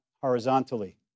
horizontally